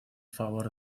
favor